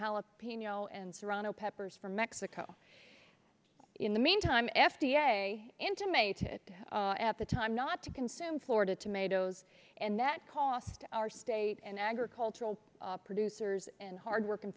jalapeno and serrano peppers from mexico in the meantime f d a intimated at the time not to consume florida tomatoes and that cost our state and agricultural producers and hard work